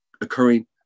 occurring